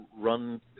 run